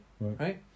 right